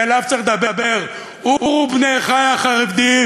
אליו צריך לדבר: עורו בני אחי החרדים.